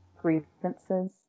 Grievances